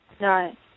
Right